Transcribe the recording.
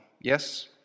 Yes